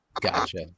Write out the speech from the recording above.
gotcha